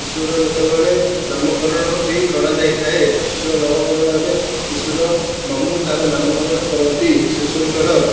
ଶିଶୁର ଯେତେବେଳେ ନାମକରଣ ବି କରାଯାଇ ଥାଏ ଶିଶୁର ନାମକରଣରେ ଶିଶୁର ମାମୁଁ ତା'ର ନାମକରଣ କରନ୍ତି ଶିଶୁଙ୍କର